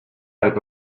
arc